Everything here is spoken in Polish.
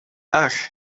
ach